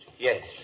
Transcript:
Yes